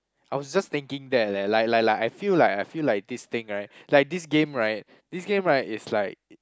I was just thinking that leh like like like I feel like I feel like this thing right like this game right this game right is like it